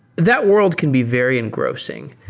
that world can be very engrossing